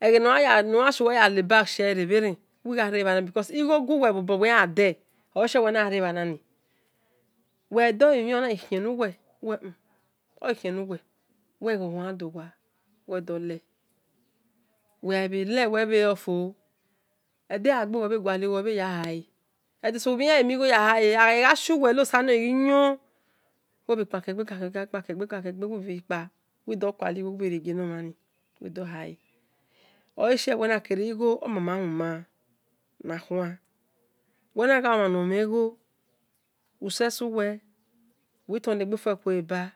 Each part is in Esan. Eghe noyun shu weya laba shie re bherie uwigha rabhani ramude igho guwe nuwe yan yande uwebhe gualigho nuwe yayahale edeso uwi yan mighoyale agha ghi shuwe oghiyon uwi kpekeghe kpakegbe yahale oleshie uwenakere igho o mama numa na khuan uwe naghe omhan nomhen igho useguwe uwi tolegbo fo uwe kuelebe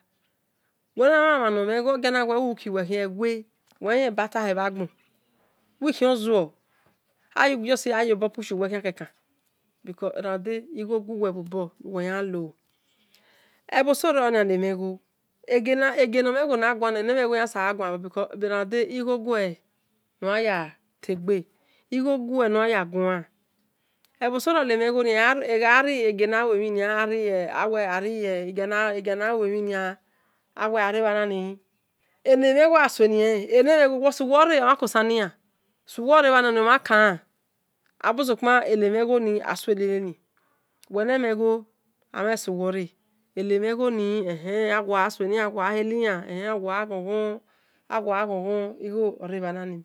uwina mhen igho odiabhi uhuki uwekhin ewe uwi khion zuo ramude igho ghuwe bho bor nuwe yanlo oghia ewimhen igho naguan ene mhen eguan bhor ebhoso ro-nian giana luemhin enemhen igho olasulien uwi mhen igho suwe ore omhan con cerni iyan abusojpan enemhen igho asuli nyan amhanlen isuwe ore elen mhe igho awo gha hali iyan